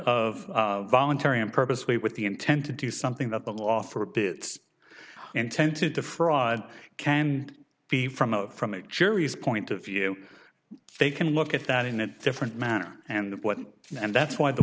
of voluntary and purposely with the intent to do something that the law forbids intent to defraud can be from a from a curious point of view they can look at that in a different manner and what and that's why the